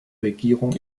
regierung